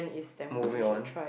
moving on